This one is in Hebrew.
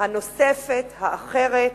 הנוספת, האחרת,